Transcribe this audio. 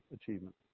achievement